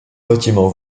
bâtiment